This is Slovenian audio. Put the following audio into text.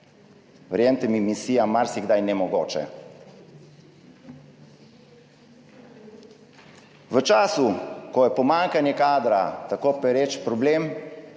Verjemite mi, marsikdaj misija nemogoče. V času, ko je pomanjkanje kadra tako pereč problem,